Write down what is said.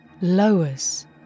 lowers